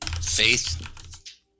Faith